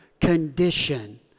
condition